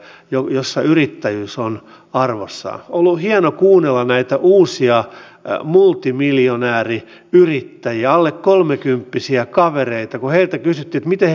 sitä ohjeistusta valmistellaan niin sanottua rautalankamallia tuolla temin puolella ja siellä hyvänä ohjenuorana on tietysti tämä sosiaali ja terveysvaliokunnan mietintö jossa on kiinnitetty näihin asioihin huomiota